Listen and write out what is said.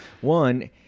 one